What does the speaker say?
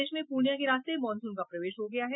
प्रदेश में पूर्णियां के रास्ते मॉनसून का प्रवेश हो गया है